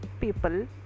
people